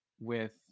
with-